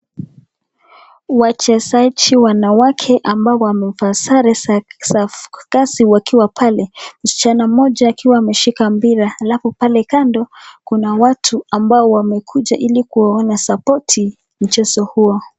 Wachezaji wanawake ambao wamevaa sare za kazi wakiwa pale. Msichana mmoja akiwa ameshika mpira alafu pale kando kuna watu ambao wamekuja ili kuwaona support mchezo huo.